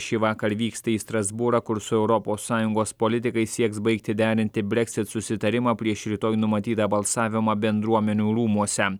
šįvakar vyksta į strasbūrą kur su europos sąjungos politikais sieks baigti derinti breksit susitarimą prieš rytoj numatytą balsavimą bendruomenių rūmuose